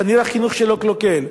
כנראה החינוך שלהם קלוקל.